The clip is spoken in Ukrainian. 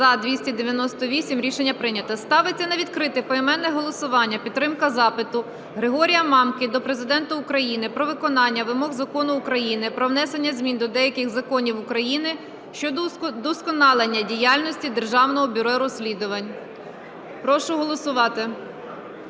За-298 Рішення прийнято. Ставиться на відкрите поіменне голосування підтримка запиту Григорія Мамки до Президента України про виконання вимог Закону України "Про внесення змін до деяких законів України щодо удосконалення діяльності Державного бюро розслідувань". Прошу голосувати.